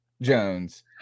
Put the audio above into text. Jones